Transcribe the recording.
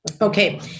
Okay